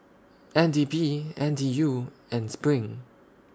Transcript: N D P N T U and SPRING